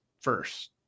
first